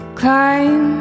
climb